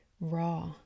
raw